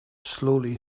slowly